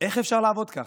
איך אפשר לעבוד ככה?